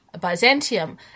Byzantium